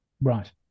Right